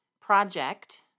project